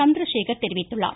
சந்திரசேகர் தெரிவித்துள்ளார்